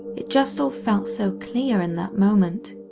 it just all felt so clear in that moment.